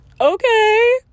okay